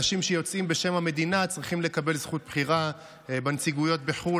אנשים שיוצאים בשם המדינה צריכים לקבל זכות בחירה בנציגויות בחו"ל.